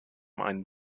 einen